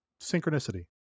synchronicity